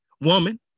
Woman